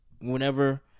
whenever –